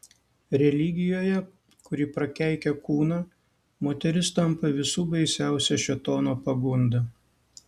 religijoje kuri prakeikia kūną moteris tampa visų baisiausia šėtono pagunda